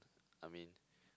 I mean